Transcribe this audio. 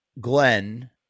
Glenn